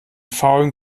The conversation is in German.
faulen